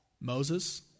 Moses